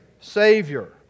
Savior